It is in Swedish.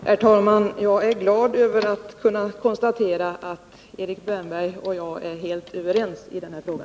Herr talman! Jag är glad över att kunna konstatera att Erik Wärnberg och jag är helt överens i denna fråga.